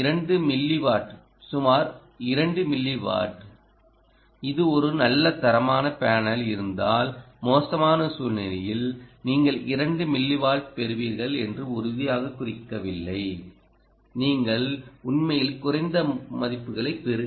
மற்றும் 2 milliwatt சுமார் 2 milliwatt இது ஒரு நல்ல தரமான பேனல் இருந்தால்மோசமான சூழ்நிலையில் நீங்கள் 2 மில்லி வாட் பெறுவீர்கள் என்று உறுதியாக குறிக்கவில்லை நீங்கள் உண்மையில்மிகக் குறைந்த மதிப்புகளைப்